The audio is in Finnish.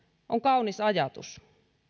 on kaunis ajatus